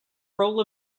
role